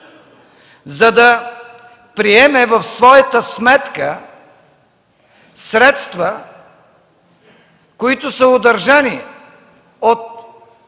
за да приеме в своята сметка средства, които са удържани от